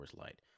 Light